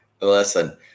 listen